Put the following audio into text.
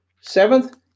Seventh